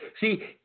See